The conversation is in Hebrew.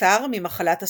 נפטר ממחלת הסרטן.